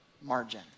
margin